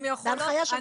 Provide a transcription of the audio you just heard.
זה הנחיה של ביטוח לאומי.